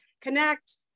connect